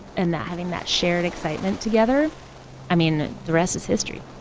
and that having that shared excitement together i mean, the rest is history